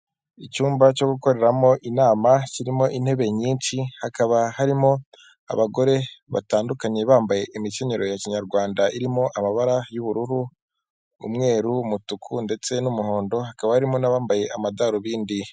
Icyumba cyo gukoreramo inama kirimo intebe nyinshi, hakaba harimo abagore batandukanye bambaye imikenyero ya kinyarwanda, irimo amabara y'ubururu, umweru, umutuku ndetse n'umuhondo, hakaba harimo n'abambaye amadarubindi.